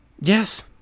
Yes